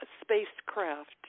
spacecraft